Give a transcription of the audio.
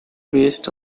beast